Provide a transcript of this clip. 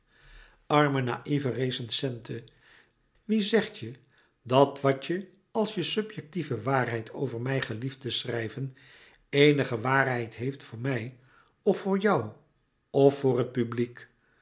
inzien wie zegt je dat wat je als je subjectieve waarheid over mij gelieft te schrijven éenige waarheid heeft voor mij of voor jou of voor het publiek